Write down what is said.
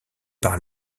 par